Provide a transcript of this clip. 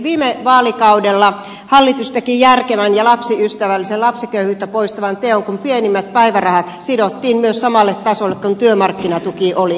viime vaalikaudella hallitus teki järkevän ja lapsiystävällisen lapsiköyhyyttä poistavan teon kun pienimmät päivärahat sidottiin myös samalle tasolle kuin työmarkkinatuki oli